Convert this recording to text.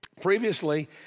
Previously